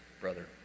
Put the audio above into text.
brother